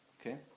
Okay